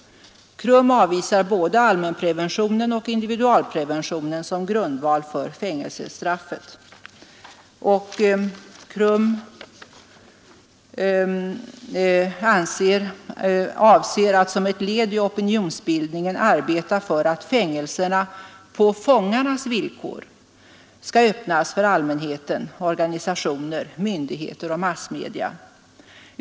KRUM avvisar både allmänpreventionen och individualpreventionen som grundval för fängelsestraff. KRUM avser att som ett led i opinionsbildningen arbeta för att fängelserna på fångarnas villkor skall öppnas för allmänheten, organisationer, myndigheter och massmedia.